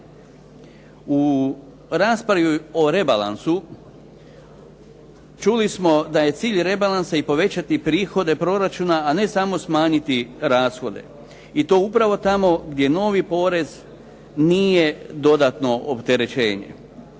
U raspravi o rebalansu čuli smo da je cilj rebalansa i povećati prihode proračuna, a ne samo smanjiti rashode. I to upravo tamo gdje novi porez nije dodatno opterećenje.